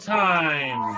time